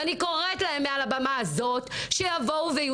ואני קוראת להם מעל הבמה הזאת שיבואו ויהיו